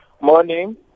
morning